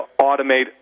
automate